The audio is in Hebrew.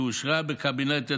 שאושרה בקבינט הדיור,